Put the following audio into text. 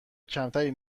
کمتری